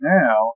now